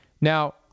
Now